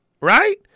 right